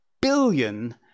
billion